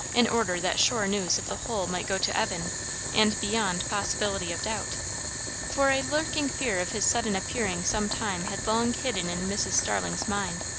in order that sure news of the whole might go to evan and beyond possibility of doubt for a lurking fear of his sudden appearing some time had long hidden in mrs. starling's mind.